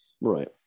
right